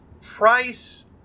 price